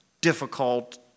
difficult